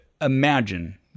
imagine